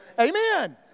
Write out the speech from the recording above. Amen